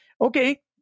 Okay